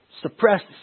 suppressed